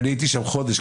אני הייתי שם חודש,